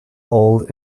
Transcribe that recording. old